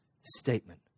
statement